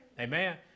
Amen